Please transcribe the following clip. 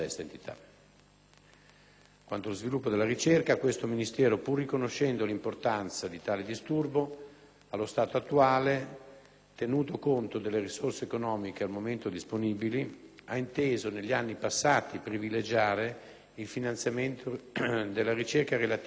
Quanto allo sviluppo della ricerca, questo Ministero, pur riconoscendo l'importanza di tale disturbo, allo stato attuale, tenuto conto delle risorse economiche al momento disponibili, ha inteso negli anni passati privilegiare il finanziamento della ricerca relativa a patologie a